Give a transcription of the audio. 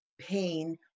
pain